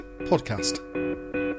podcast